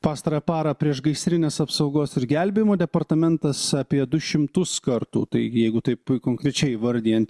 pastarąją parą priešgaisrinės apsaugos ir gelbėjimo departamentas apie du šimtus kartų taigi jeigu taip konkrečiai įvardijant